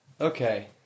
Okay